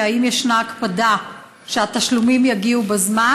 והאם ישנה הקפדה שהתשלומים יגיעו בזמן?